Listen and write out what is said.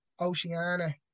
Oceania